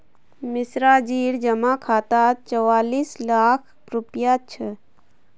मिश्राजीर जमा खातात चौवालिस लाख रुपया छ